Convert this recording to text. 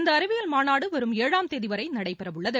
இந்த அறிவியல் மாநாடு வரும் ஏழாம் தேதி வரை நடைபெறவுள்ளது